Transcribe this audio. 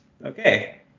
okay